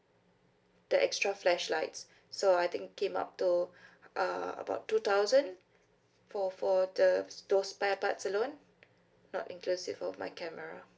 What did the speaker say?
the extra flashlights so I think came up to uh about two thousand for for the those spare parts alone not inclusive of my camera